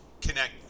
connect